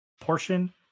portion